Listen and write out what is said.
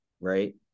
right